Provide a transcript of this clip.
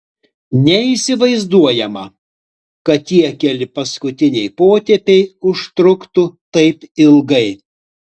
neįsivaizduojama kad tie keli paskutiniai potėpiai užtruktų taip ilgai